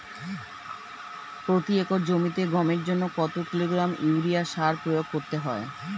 প্রতি একর জমিতে গমের জন্য কত কিলোগ্রাম ইউরিয়া সার প্রয়োগ করতে হয়?